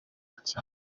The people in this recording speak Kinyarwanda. cye